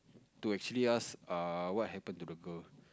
to actually ask err what happen to the girl